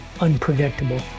unpredictable